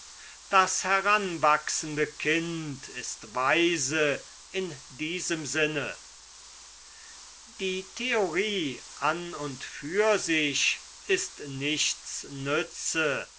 das heranwachsende kind ist weise in diesem sinne die theorie an und für sich ist nichts nütze